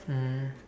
mm